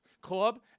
club